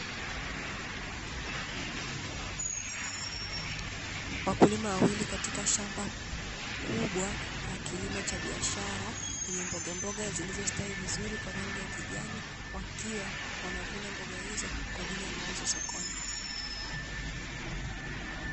Wakulima wawili katika shamba kubwa la kilimo cha biashara, lenye mbogamboga zilizostawi vizuri kwa rangi ya kijani, wakiwa wanavuna mboga hizo kwa ajili ya mauzo sokoni.